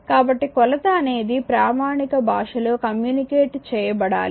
కాబట్టి కొలత అనేది ప్రామాణిక భాషలో కమ్యూనికేట్ చేయబడాలి